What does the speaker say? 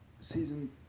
season